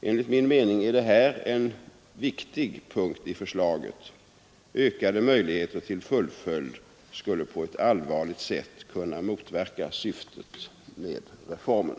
Enligt min mening är det här en viktig punkt i förslaget. Ökade möjligheter till fullföljd skulle på ett allvarligt sätt kunna motverka syftet med reformen.